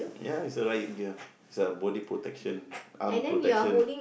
ya it's a riot gear it's a body protection arm protection